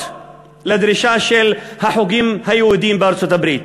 לדרישה של החוגים היהודיים בארצות-הברית.